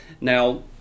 Now